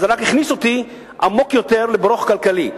אבל זה רק הכניס אותי עמוק יותר ל"ברוך" כלכלי.